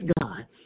God